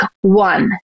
one